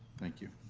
thank you.